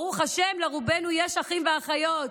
ברוך השם, לרובנו יש אחים ואחיות,